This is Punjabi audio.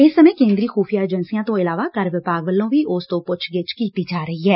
ਇਸ ਸਮੇਂ ਕੇਂਦਰੀ ਖੁਫ਼ੀਆ ਏਜੰਸੀਆਂ ਤੋਂ ਇਲਾਵਾ ਕਰ ਵਿਭਾਗ ਵੱਲੋਂ ਵੀ ਉਸ ਤੋਂ ਪੁੱਛਗਿੱਛ ਕੀਤੀ ਜਾ ਰਹੀ ਏ